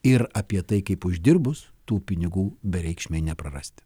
ir apie tai kaip uždirbus tų pinigų bereikšmiai neprarasti